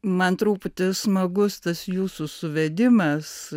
man truputį smagus tas jūsų suvedimas